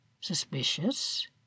Suspicious